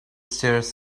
stairs